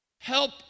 Help